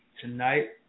tonight